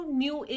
new